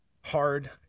hard